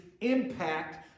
impact